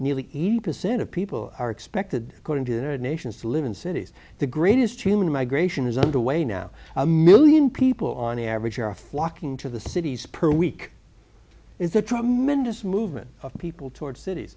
of people are expected according to united nations to live in cities the greatest human migration is under way now a million people on average are flocking to the cities per week is the tremendous movement of people towards cities